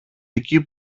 εκεί